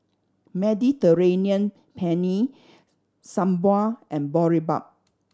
Mediterranean Penne Sambar and Boribap